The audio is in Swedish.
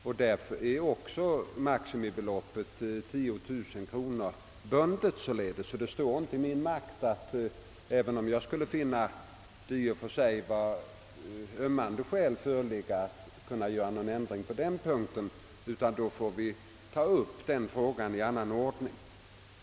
Därför är också maximibeloppet 10.000 kronor bundet, och även om jag skulle finna att i och för sig ömmande skäl föreligger står det inte i min makt att göra någon ändring på den punkten, utan vi får då ta upp frågan i annan ordning.